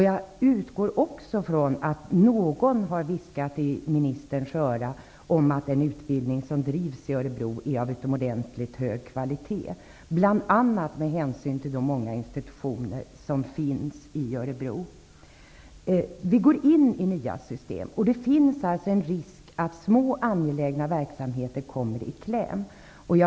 Jag utgår också från att någon har viskat i ministerns öra att den utbildning som drivs i Örebro är av utomordentligt hög kvalitet, bl.a. med hänsyn till de många institutioner som finns i Örebro. Vi går in i nya system, coh det finns en risk att små angelägna verksamheter kommer i kläm.